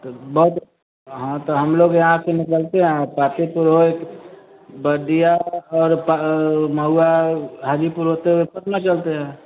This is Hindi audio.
हाँ तो बहुत हाँ तो हम लोग यहाँ से निकलते हैं पातेपुर हो बहुत और पा महुआ हाजीपुर होते हुए पटना चलते हैं